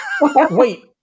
Wait